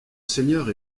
seigneurs